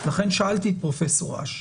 לכן שאלתי את פרופ' אש,